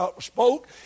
spoke